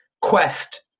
quest